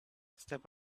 step